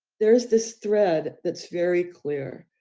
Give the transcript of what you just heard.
there's this thread, that's very clear.